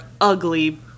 ugly